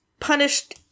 punished